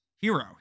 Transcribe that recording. hero